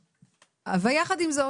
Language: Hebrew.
אבל יחד עם זאת,